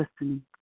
listening